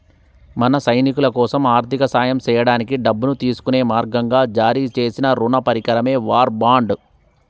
మన సైనికులకోసం ఆర్థిక సాయం సేయడానికి డబ్బును తీసుకునే మార్గంగా జారీ సేసిన రుణ పరికరమే వార్ బాండ్